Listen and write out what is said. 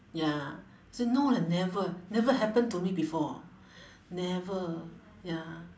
ya so no leh never never happen to me before never ya